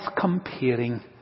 comparing